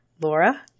Laura